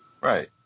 Right